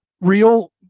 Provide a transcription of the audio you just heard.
real